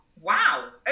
wow